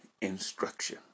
instruction